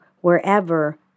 wherever